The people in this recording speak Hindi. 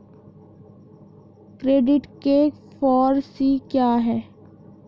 क्रेडिट के फॉर सी क्या हैं?